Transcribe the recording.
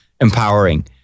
empowering